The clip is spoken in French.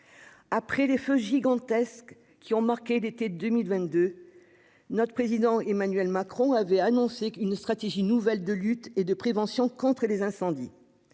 Après les feux gigantesques qui ont marqué l'été 2022, le Président de la République, Emmanuel Macron, avait annoncé une stratégie nouvelle de lutte et de prévention contre les incendies.